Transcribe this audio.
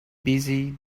busy